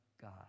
God